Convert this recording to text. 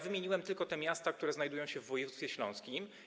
Wymieniłem tylko te miasta, które znajdują się w województwie śląskim.